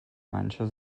mancher